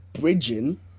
bridging